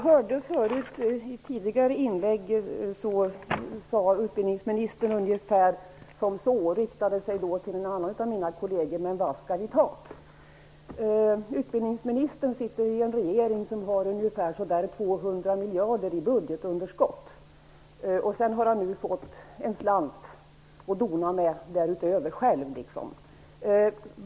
Herr talman! I sitt tidigare inlägg sade utbildningsministern ungefär så -- han riktade sig då till en av mina kolleger -- ''Men var skall ni ta't?'' Utbildningsministern sitter i en regering som har så där 200 miljarder i budgetunderskott. Nu har han fått en slant därutöver att dona med själv.